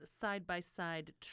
side-by-side